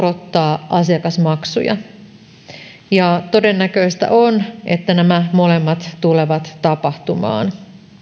on korotettava asiakasmaksuja todennäköistä on että nämä molemmat tulevat tapahtumaan